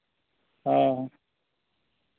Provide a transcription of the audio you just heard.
ᱦᱚᱸ